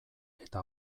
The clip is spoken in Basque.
eta